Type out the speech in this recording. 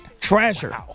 Treasure